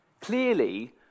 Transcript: Clearly